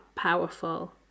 powerful